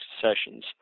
sessions